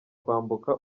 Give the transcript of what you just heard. kwambuka